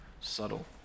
subtle